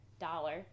dollar